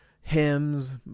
hymns